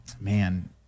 man